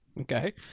Okay